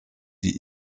die